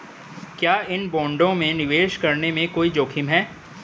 क्या इन बॉन्डों में निवेश करने में कोई जोखिम है?